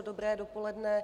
Dobré dopoledne.